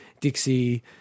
Dixie